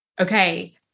okay